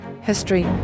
history